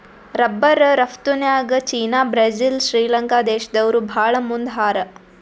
rubber ರಫ್ತುನ್ಯಾಗ್ China Brazil Sri Lanka ದೇಶ್ದವ್ರು ಭಾಳ್ ಮುಂದ್ ಹಾರ